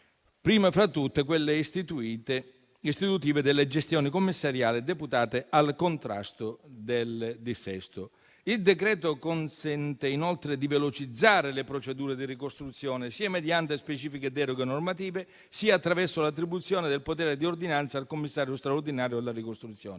prima fra tutte quelle istitutive della gestione commissariale deputata al contrasto del dissesto. Il provvedimento consente inoltre di velocizzare le procedure di ricostruzione, sia mediante specifiche deroghe normative, sia attraverso l'attribuzione del potere di ordinanza al commissario straordinario per la ricostruzione.